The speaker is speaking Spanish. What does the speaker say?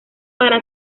para